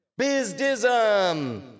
Bizdism